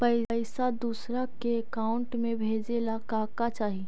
पैसा दूसरा के अकाउंट में भेजे ला का का चाही?